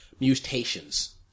mutations